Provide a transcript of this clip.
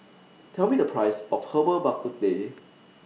Tell Me The Price of Herbal Bak Ku Teh